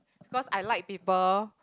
cause I like people